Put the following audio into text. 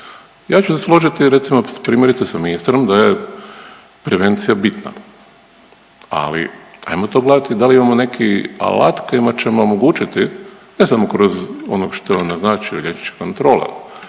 Ja ću se složiti recimo primjerice sa ministrom da je prevencija bitna, ali ajmo to gledati da li imamo neki alat kojima ćemo omogućiti ne samo kroz ono što je on naznačio, liječnike kontrole